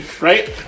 right